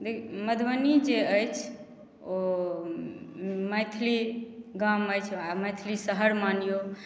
मधुबनी जे अछि ओ मैथिली गाम अछि आ मैथिली शहर मानियौ